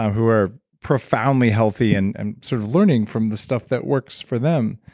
who are profoundly healthy and and sort of learning from the stuff that works for them.